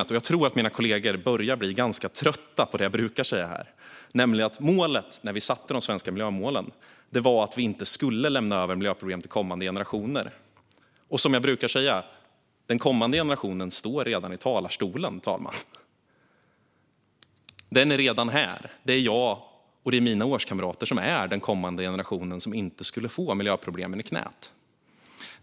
och jag tror att mina kollegor börjar bli ganska trötta på det jag brukar säga här, nämligen att målet när vi satte de svenska miljömålen var att vi inte skulle lämna över miljöproblem till kommande generationer. Men som jag brukar säga, fru talman: Den kommande generationen står redan i talarstolen. Vi är redan här. Det är jag och mina årskamrater som är den kommande generationen som inte skulle få miljöproblemen i knät.